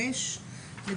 בסעיף 5(א)(ב),